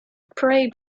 pray